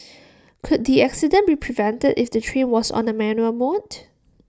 could the accident be prevented if the train was on A manual mode